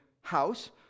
house